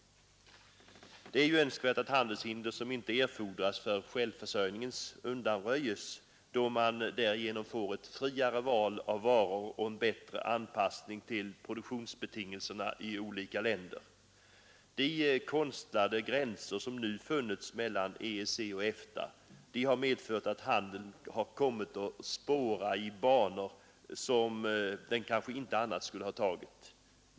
Det är önskvärt att handelshinder som inte erfordras för självförsörjningen undanröjes, då man därigenom får ett friare val av varor och en bättre anpassning till produktionsbetingelserna i olika länder. De konstlade gränser som funnits mellan EEC och EFTA har medfört att handeln har kommit att spåra in i banor som den kanske annars inte skulle ha tagit.